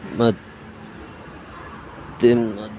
ಮತ್ತಿನ್ನು